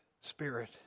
spirit